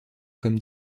comme